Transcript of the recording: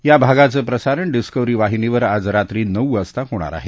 या भागाचं प्रसारण डिस्कव्हरी वाहिनीवर आज रात्री नऊ वाजता होणार आहे